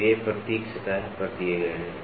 तो ये प्रतीक सतह पर दिए गए हैं